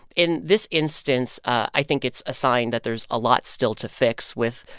in this instance, i think it's a sign that there's a lot still to fix with,